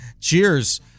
Cheers